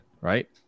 right